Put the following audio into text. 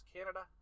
Canada